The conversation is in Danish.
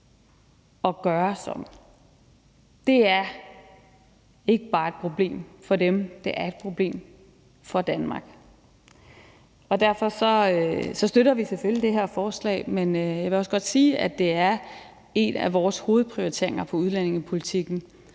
Det er ikke bare et problem for dem, det er også et problem for Danmark. Derfor støtter vi selvfølgelig det her forslag, og jeg vil også godt sige, at det er en af vores hovedprioriteringer på udlændingepolitikken.